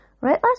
right